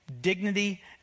dignity